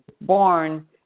born